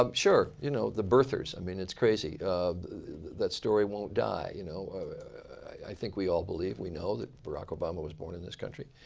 um sure, you know the birthers. i mean it's crazy. um that story won't die. you know i think we all believe we know that barack obama was born in this country.